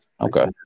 Okay